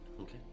Okay